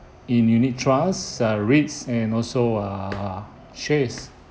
in unit trusts uh REITs and also err shares